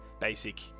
basic